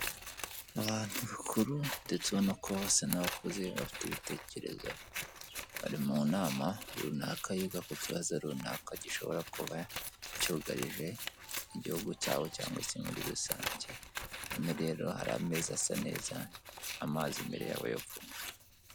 Abantu bakuru ndetse ubona ko basa n'abakuze bafite ibitekerezo, bari mu nama runaka yiga ku kibazo runaka, gishobora kuba cyugarije igihugu cyabo cyangwa Isi muri rusange, hano rero hari ameza asa neza amazi imbere amazi imbere yabo yo kunywa.